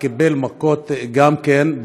שקיבל מכות גם כן,